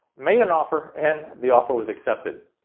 made an offer and the offer was accepted.